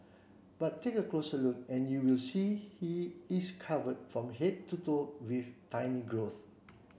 but take a closer look and you will see he is covered from head to toe with tiny growths